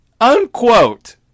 Unquote